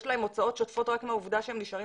יש להם הוצאות שוטפות רק מהעובדה שהם נשארים